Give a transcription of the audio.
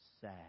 sad